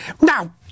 Now